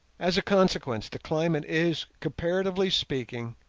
as a consequence the climate is, comparatively speaking,